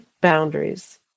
Boundaries